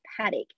paddock